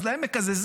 אז להם מקזזים.